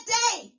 day